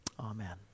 Amen